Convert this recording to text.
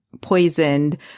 poisoned